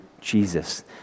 Jesus